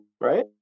right